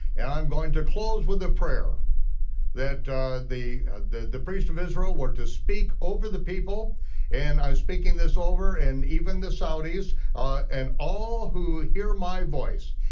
and i'm going to close with a prayer that the the priests of israel were to speak over the people and i'm speaking this over, and even the saudis and all who hear my voice.